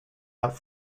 out